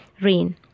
rain